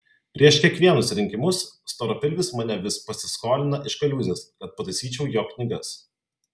prieš kiekvienus rinkimus storapilvis mane vis pasiskolina iš kaliūzės kad pataisyčiau jo knygas